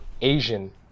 Asian